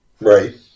right